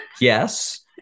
yes